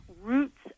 roots